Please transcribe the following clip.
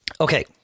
Okay